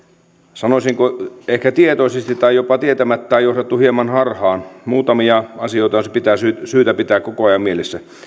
sanoisinko ehkä tietoisesti tai jopa tietämättään johdettu hieman harhaan muutamia asioita on syytä pitää koko ajan mielessä